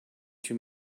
too